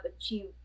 achieved